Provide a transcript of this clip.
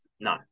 No